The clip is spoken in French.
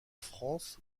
france